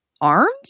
arms